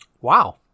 Wow